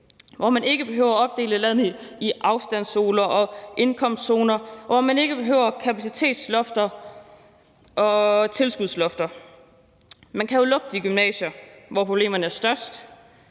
hvor man ikke behøver at opdele landet i afstandszoner og indkomstzoner, og hvor man ikke behøver kapacitetslofter og tilskudslofter. Man kan jo lukke de gymnasier, hvor problemerne er størst.